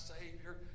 Savior